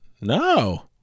No